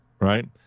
right